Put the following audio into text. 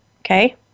okay